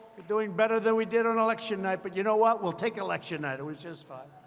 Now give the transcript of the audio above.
we're doing better than we did on election night. but you know what? we'll take election night. it was just fine.